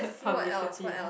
publicity